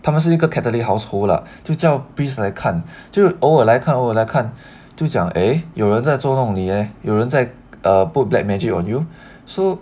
他们是一个 catholic household lah 就叫 priest 来看就偶尔来看偶尔来看就讲 eh 有人在捉弄你 leh 有人在 put black magic on you so